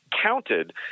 counted